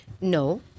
No